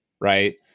Right